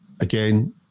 Again